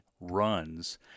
runs